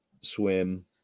swim